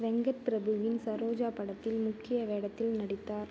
வெங்கட் பிரபுவின் சரோஜா படத்தில் முக்கிய வேடத்தில் நடித்தார்